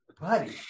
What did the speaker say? buddy